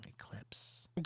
eclipse